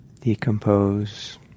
decompose